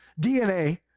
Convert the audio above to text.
DNA